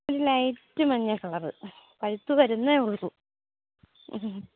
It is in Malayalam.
ലൈറ്റ് മഞ്ഞ കളര് പഴുത്ത് വരുന്നതേയുള്ളൂ മ്മ്